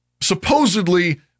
supposedly